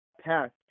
past